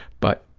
but